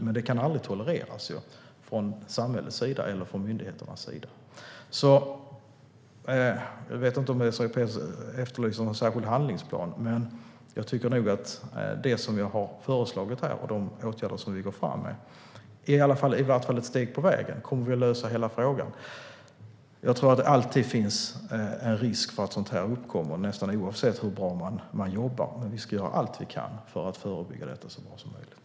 Men det kan aldrig tolereras från samhällets eller från myndigheternas sida. Jag vet inte om Désirée Pethrus efterlyser någon särskild handlingsplan. Men det som jag har föreslagit här och de åtgärder som vi går fram med är i alla fall ett steg på vägen. Kommer vi att lösa hela frågan? Jag tror att det alltid finns en risk för att sådant här uppkommer nästan oavsett hur bra man jobbar. Men vi ska göra allt vi kan för att förebygga det så bra som möjligt.